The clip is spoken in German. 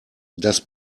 das